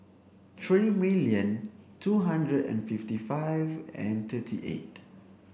three million two hundred and fifty five and thirty eight